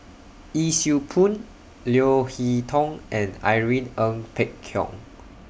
Yee Siew Pun Leo Hee Tong and Irene Ng Phek Hoong